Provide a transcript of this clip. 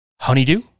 Honeydew